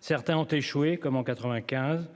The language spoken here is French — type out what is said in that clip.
Certains ont échoué, comme en 95.